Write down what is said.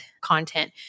content